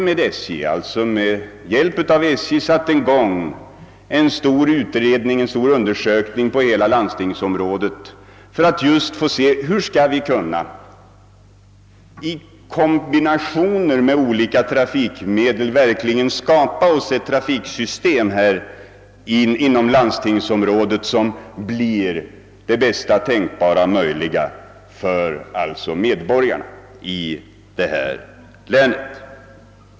I samarbete med SJ har man satt i gång en stor undersökning för att se hur man genom en kombination av olika trafikmedel skall kunna skapa det bästa tänkbara trafiksystemet för medborgarna i länet.